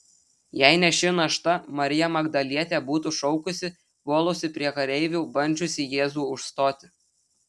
jei ne ši našta marija magdalietė būtų šaukusi puolusi prie kareivių bandžiusi jėzų užstoti